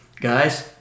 guys